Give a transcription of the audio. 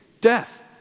death